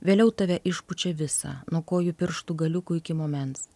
vėliau tave išpučia visą nuo kojų pirštų galiukų iki momens